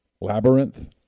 Labyrinth